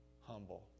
humble